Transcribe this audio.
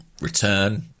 return